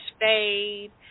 fade